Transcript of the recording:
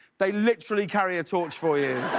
they literally carry a torch for you.